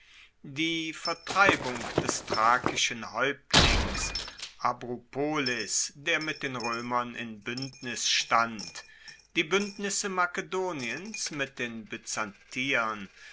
die vertreibung des thrakischen haeuptlings abrupolis der mit den roemern in buendnis stand die buendnisse makedoniens mit den byzantiern